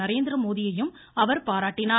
நரேந்திரமோதியையும் அவர் பாராட்டினார்